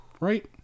Right